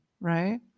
right